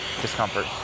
discomfort